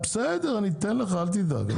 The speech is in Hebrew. בסדר, אני אתן לך, אל תדאג.